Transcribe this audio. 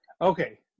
Okay